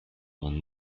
man